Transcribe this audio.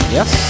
Yes